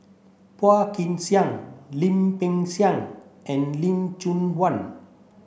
Phua Kin Siang Lim Peng Siang and Lim Chong Yah